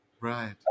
Right